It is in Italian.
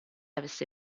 avesse